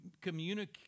communicate